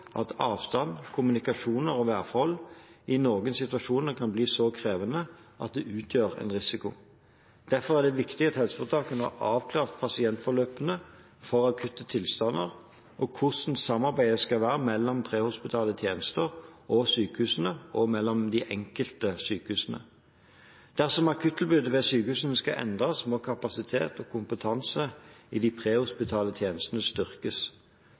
at avstand, kommunikasjon og værforhold i noen situasjoner kan bli så krevende at det utgjør en risiko. Derfor er det viktig at helseforetakene har avklart pasientforløpene for akutte tilstander og hvordan samarbeidet skal være mellom prehospitale tjenester og sykehusene og mellom de enkelte sykehusene. Dersom akuttilbudet ved sykehusene skal endres, må kapasitet og kompetanse i de prehospitale tjenestene styrkes.